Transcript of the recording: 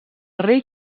rei